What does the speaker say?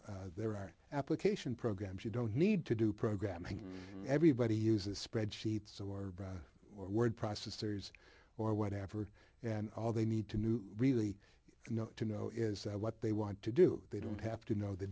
is there are application programs you don't need to do programming everybody uses spread sheets or word processors or whatever and all they need to new really know to know is what they want to do they don't have to know the